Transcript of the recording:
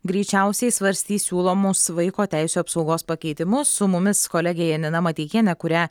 greičiausiai svarstys siūlomus vaiko teisių apsaugos pakeitimus su mumis kolegė janina mateikienė kurią